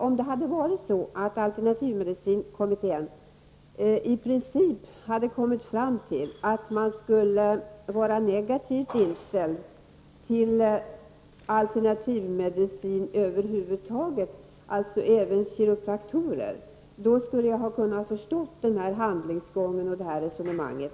Om alternativmedicinkommittén kommit fram till att man skulle vara negativt inställd till en alternativ medicin över huvud taget, alltså även till kiropraktorer, skulle jag ha kunnat förstå handlingsgången och resonemanget.